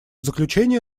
заключение